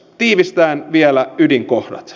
tiivistäen vielä ydinkohdat